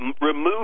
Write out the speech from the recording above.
remove